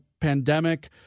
pandemic